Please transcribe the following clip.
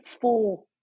four